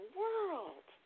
world